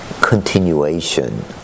continuation